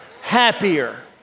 happier